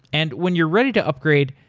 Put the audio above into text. and when you're ready to upgrade,